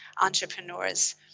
entrepreneurs